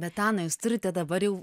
bet ana jūs turite dabar jau